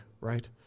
right